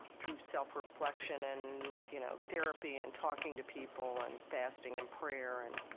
through self-reflection and you know therapy and talking to people and fasting and prayer and,